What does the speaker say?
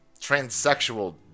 transsexual